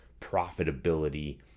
profitability